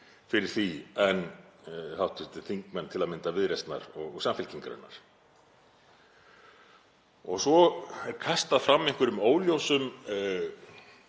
fyrir því en hv. þingmenn til að mynda Viðreisnar og Samfylkingarinnar. Svo er kastað fram einhverjum óljósum